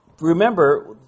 remember